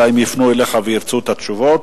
אלא אם יפנו אליך וירצו את התשובות.